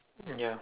ya